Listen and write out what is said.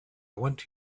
want